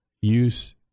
use